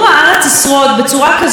החיים על פניו,